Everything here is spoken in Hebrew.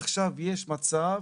עכשיו יש מצב